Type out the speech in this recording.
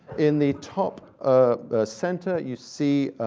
in the top ah center, you see,